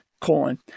colon